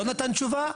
לא נתן תשובה?